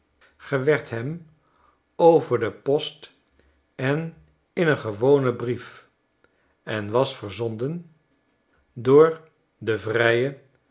gewerd hem over de post en in een gewonen brief en was verzonden door den vrijen